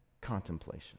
contemplation